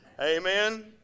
Amen